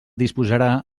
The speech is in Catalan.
disposarà